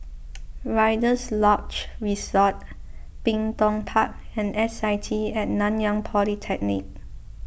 Rider's Lodge Resort Bin Tong Park and S I T at Nanyang Polytechnic